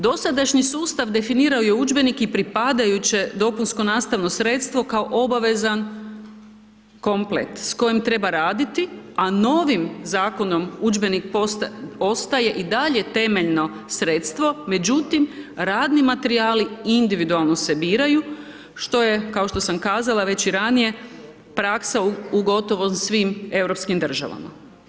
Dosadašnji sustav definirao je udžbenike i pripadajuće dopunsko nastavno sredstvo kao obavezan komplet s kojim treba raditi, a novim zakonom udžbenik ostaje i dalje temeljno sredstvo međutim radni materijali individualno se biraju što je kao što sam kazala već i ranije praksa u gotovo svim europskim državama.